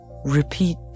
Repeat